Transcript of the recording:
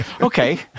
okay